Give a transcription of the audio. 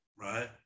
Right